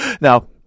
Now